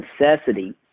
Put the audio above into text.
necessity